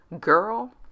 Girl